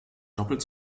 doppelt